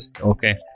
Okay